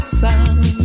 sound